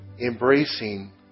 embracing